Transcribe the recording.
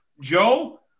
Joe